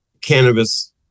cannabis